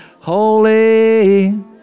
Holy